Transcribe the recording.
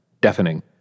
Deafening